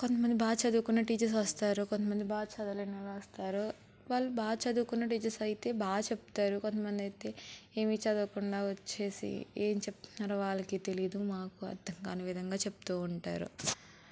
కొంతమంది బా చదువుకున్న టీచర్స్ వస్తారు కొంతమంది బాగా చదవలేని వారు వస్తారు వాళ్ళు బాగా చదువుకున్న టీచర్స్ అయితే బాగా చెప్తారు కొంతమంది అయితే ఏమీ చదువుకుండా వచ్చేసి ఏం చెప్తున్నారో వాళ్ళకి తెలీదు మాకు అర్థం కాని విధంగా చెప్తూ ఉంటారు